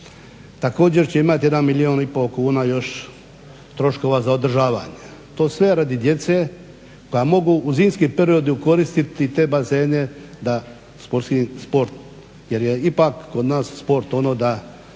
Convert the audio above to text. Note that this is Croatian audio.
Također, će imati 1, 5 milijuna još troškova za održavanje, to sve radi djece koja mogu u zimskom periodu koristiti te bazene za sport, jer je ipak kod nas sport ono da